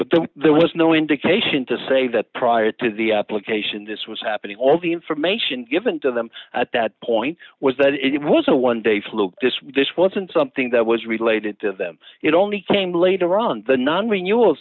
but then there was no indication to say that prior to the application this was happening all the information given to them at that point was that it was a one day fluke this wasn't something that was related to them it only came later on the non renewa